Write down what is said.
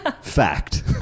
Fact